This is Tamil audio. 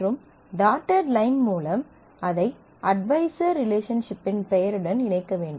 மற்றும் டாட்டட் லைன் மூலம் அதை அட்வைசர் ரிலேஷன்ஷிப்பின் பெயருடன் இணைக்க வேண்டும்